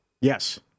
Yes